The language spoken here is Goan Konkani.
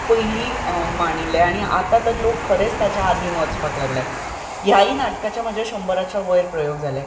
पयलीं मांडिल्लें आनी आतां तर लोक खरेंच ताच्या आदीन वचपाक लागल्यात ह्याय नाटकाचे म्हजे शंबराचे वयर प्रयोग जाले